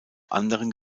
anderen